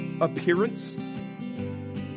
appearance